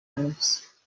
hose